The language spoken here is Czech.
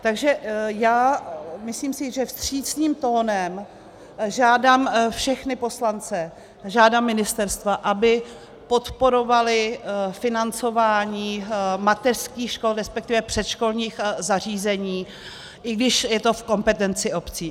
Takže já myslím si, že vstřícným tónem žádám všechny poslance, žádám ministerstva, aby podporovali financování mateřských škol, resp. předškolních zařízení, i když je to v kompetenci obcí.